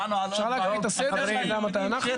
אפשר להקריא את הסדר שנדע מתי אנחנו?